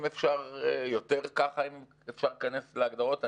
אם אפשר להיכנס להגדרות,